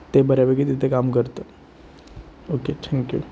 ते बऱ्यापैकी तिथे काम करतं ओके थँक्यू